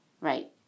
Right